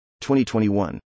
2021